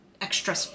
extra